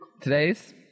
today's